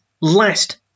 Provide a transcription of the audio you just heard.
last